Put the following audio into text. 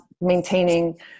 maintaining